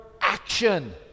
action